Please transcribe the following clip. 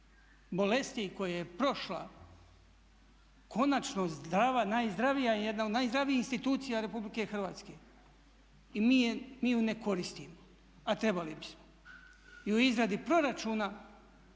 bolesti koje je prošla konačno zdrava, najzdravija, jedna od najzdravijih institucija Republike Hrvatske i mi ju ne koristimo, a trebali bismo. I u izradi proračuna,